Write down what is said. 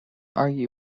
argue